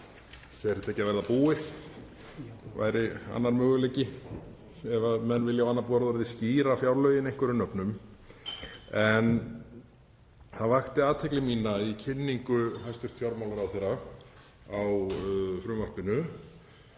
Fer þetta ekki að verða búið, væri annar möguleiki ef menn vilja á annað borð nefna fjárlögin einhverjum nöfnum. En það vakti athygli mína í kynningu hæstv. fjármálaráðherra á frumvarpinu